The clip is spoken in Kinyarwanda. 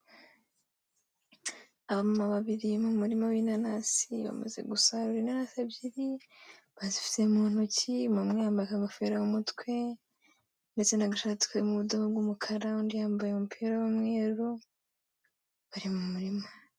Abamama babiri mu murima w'inanasi bamaze gusarura inanasi ebyiri, bazifite mu ntoki, umwe yambaye akagofero mu mutwe ndetse n'agashati karimo ubudomo bw'umukara, undi yambaye umupira w'umweru, bari mu murima.